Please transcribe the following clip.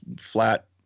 flat